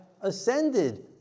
ascended